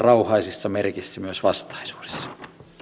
rauhaisissa merkeissä myös vastaisuudessa